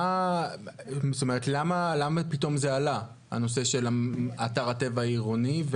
למה פתאום עלה הנושא של אתר הטבע העירוני,